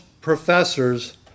professors